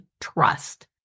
trust